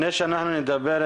אני שומע אתכם.